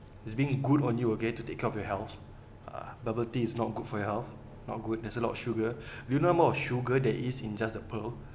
it's being good on you okay to take care of your health uh bubble tea is not good for your health not good there's a lot of sugar you know more if sugar there is in just a pearl